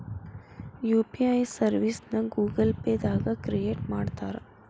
UPI ಸರ್ವಿಸ್ನ Google Pay ದಾಗ create ಮಾಡ್ತಾರಾ